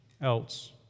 else